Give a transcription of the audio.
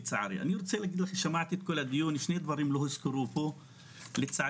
אני מגיעה לפה